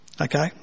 Okay